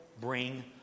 bring